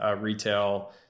retail